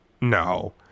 No